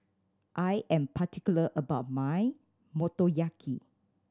I am particular about my Motoyaki